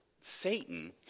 Satan